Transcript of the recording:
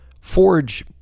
Forge